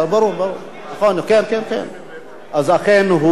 הוא לא נמצא.